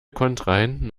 kontrahenten